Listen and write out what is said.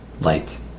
light